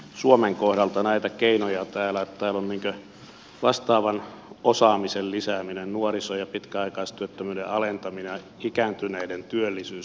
suomen kohdalta näitä keinoja täällä ovat vastaavan osaamisen lisääminen nuoriso ja pitkäaikaistyöttömyyden alentaminen ja ikääntyneiden työllisyys